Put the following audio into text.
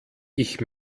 ich